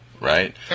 Right